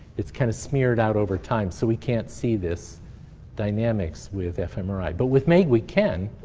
it's kind of smeared out over time. so we can't see this dynamics with fmri, but with meg we can.